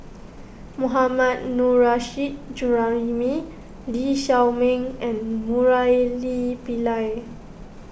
Mohammad Nurrasyid Juraimi Lee Xiao Ming and Murali Pillai